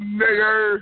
nigger